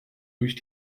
durch